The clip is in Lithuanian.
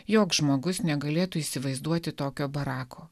joks žmogus negalėtų įsivaizduoti tokio barako